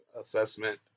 assessment